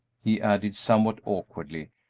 he added, somewhat awkwardly,